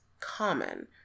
common